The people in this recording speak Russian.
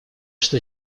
что